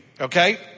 Okay